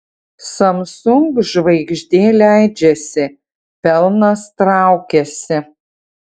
samsung žvaigždė leidžiasi pelnas traukiasi